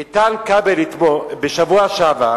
איתן כבל, בשבוע שעבר